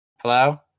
Hello